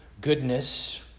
goodness